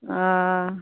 ओ